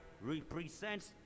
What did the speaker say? represents